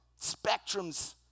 spectrums